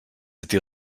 été